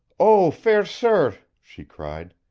oh, fair sir! she cried,